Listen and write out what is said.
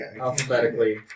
alphabetically